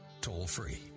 toll-free